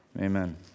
Amen